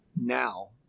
now